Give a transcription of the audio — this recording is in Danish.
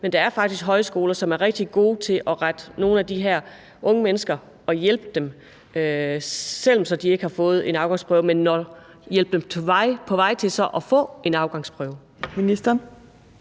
men der er faktisk højskoler, som er rigtig gode til at rette nogle af de her unge mennesker op og hjælpe dem, selv om de ikke har fået en afgangsprøve, men så hjælpe dem på vej til at få en afgangsprøve.